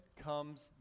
comes